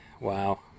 wow